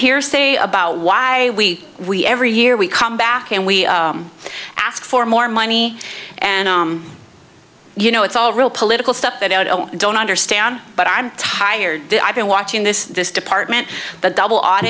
here say about why we we every year we come back and we ask for more money and you know it's all real political stuff that i don't don't understand but i'm tired i've been watching this this department the double on